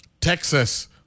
texas